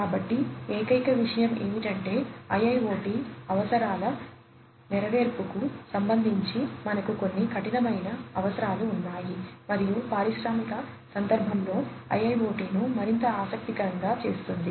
కాబట్టి ఏకైక విషయం ఏమిటంటే IoT అవసరాల నెరవేర్పుకు సంబంధించి మనకు కొన్ని కఠినమైన అవసరాలు ఉన్నాయి మరియు పారిశ్రామిక సందర్భంలో IIoT ను మరింత ఆసక్తికరంగా చేస్తుంది